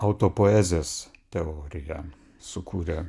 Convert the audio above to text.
autopoezės teoriją sukūrę